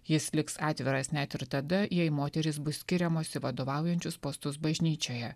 jis liks atviras net ir tada jei moterys bus skiriamos į vadovaujančius postus bažnyčioje